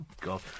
God